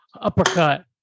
uppercut